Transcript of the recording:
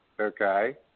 Okay